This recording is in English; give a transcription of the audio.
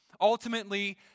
Ultimately